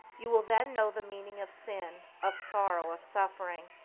you will then know the meaning of sin, of sorrow, of suffering,